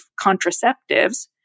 contraceptives